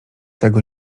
tego